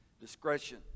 discretion